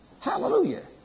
Hallelujah